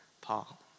Paul